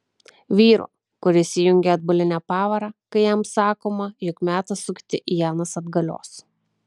vyro kuris įjungia atbulinę pavarą kai jam sakoma jog metas sukti ienas atgalios